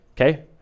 okay